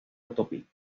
autopista